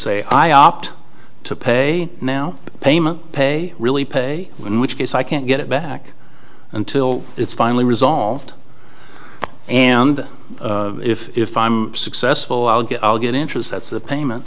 say i opt to pay now payment pay really pay in which case i can't get it back until it's finally resolved and if i'm successful i'll get i'll get interest that's the payment